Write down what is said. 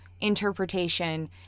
interpretation